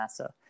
NASA